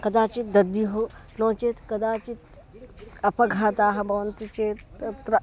कदाचित् दद्युः नो चेत् कदाचित् अपघाताः भवन्ति चेत् तत्र